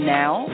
now